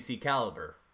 caliber